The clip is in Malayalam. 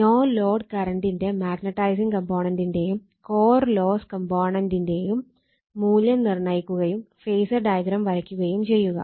നോ ലോഡ് കറണ്ടിന്റെ മാഗ്നട്ടൈസിംഗ് കമ്പോണന്റിന്റെയും കോർ ലോസ് കമ്പോണന്റിന്റെയും മൂല്യം നിർണ്ണയിക്കുകയും ഫേസർ ഡയഗ്രം വരക്കുകയും ചെയ്യുക